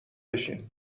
بشین